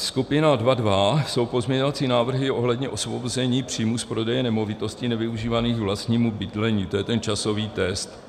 Skupina 2.2 jsou pozměňovací návrhy ohledně osvobození příjmů z prodeje nemovitostí nevyužívaných k vlastnímu bydlení, to je ten časový test.